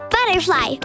Butterfly